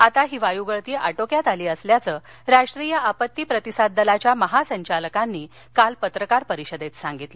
आता ही वायूगळती अटोक्यात आली असल्याचं राष्ट्रीय आपत्ती प्रतिसाद दलाच्या महासंचालकांनी काल पत्रकार परिषदेत सांगितलं